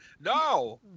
No